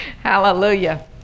Hallelujah